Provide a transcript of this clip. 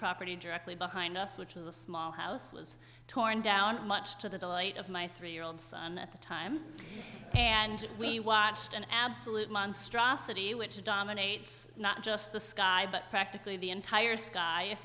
property directly behind us which is a small house was torn down much to the delight of my three year old son at the time and we watched an absolute monstrosity which dominates not just the sky but practically the entire sky if